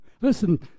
Listen